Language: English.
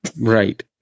Right